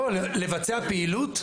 לא, לבצע פעילות?